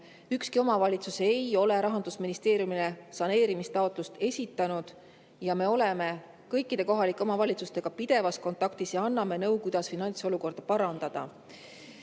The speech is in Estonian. ükski omavalitsus ei ole Rahandusministeeriumile saneerimistaotlust esitanud. Me oleme kõikide kohalike omavalitsustega pidevas kontaktis ja anname nõu, kuidas finantsolukorda parandada.